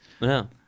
No